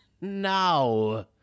now